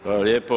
Hvala lijepo.